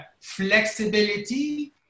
flexibility